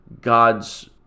God's